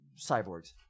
cyborgs